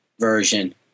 version